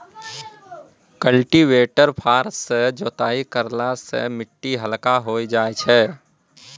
cultivator फार सँ जोताई करला सें मिट्टी हल्का होय जाय छै